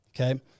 okay